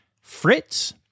Fritz